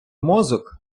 мозок